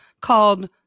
called